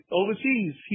overseas